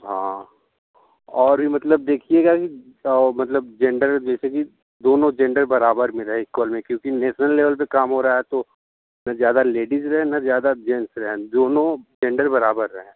हाँ और यह मतलब देखिएगा की मतलब जेंडर जैसे कि दोनो जेंडर बराबर में रहें इक्वल में क्योंकि नेशनल लेवल पर काम हो रहा है तो न ज़्यादा लेडीज़ रहें न ज़्यादा जैंट्स रहें दोनों जेंडर बराबर रहे